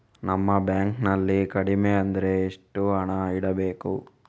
ನಮ್ಮ ಬ್ಯಾಂಕ್ ನಲ್ಲಿ ಕಡಿಮೆ ಅಂದ್ರೆ ಎಷ್ಟು ಹಣ ಇಡಬೇಕು?